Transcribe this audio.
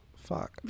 fuck